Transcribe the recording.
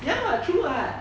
ya lah true [what]